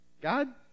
God